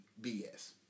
BS